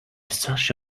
sash